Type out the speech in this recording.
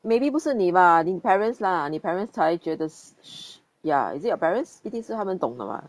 maybe 不是你吧你 parents lah 你 parents 才觉得是 ya is it your parents 一定是他们懂的 [what]